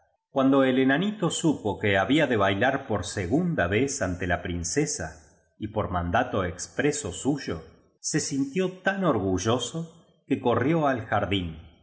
cuando el enanito supo que había de bailar por segunda vez ante la princesa y por mandato expreso suyo se sintió tan orgulloso que corrió al jardín